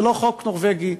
זה לא חוק נורבגי,